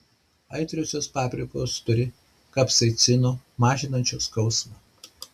aitriosios paprikos turi kapsaicino mažinančio skausmą